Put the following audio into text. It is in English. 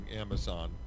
Amazon